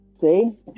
See